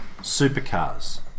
supercars